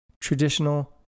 traditional